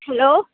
hello